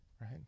right